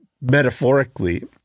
metaphorically